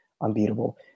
unbeatable